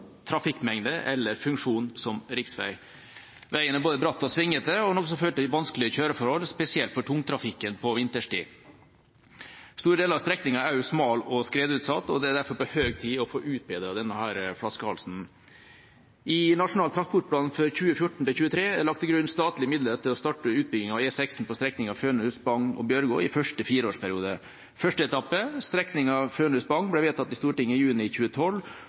trafikkmengde eller funksjon som riksvei. Veien er både bratt og svingete, noe som fører til vanskelige kjøreforhold, spesielt for tungtrafikken på vinterstid. Store deler av strekninga er også smal og skredutsatt, og det er derfor på høy tid å få utbedret denne flaskehalsen. I Nasjonal transportplan 2014–2023 er det lagt til grunn statlige midler til å starte utbygginga av E16 på strekninga Fønhus–Bagn–Bjørgo i første fireårsperiode. Første etappe, strekninga Fønhus–Bagn, ble vedtatt i Stortinget i juni 2012.